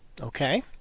Okay